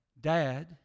Dad